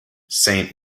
saint